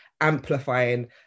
amplifying